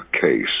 case